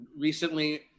Recently